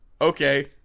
Okay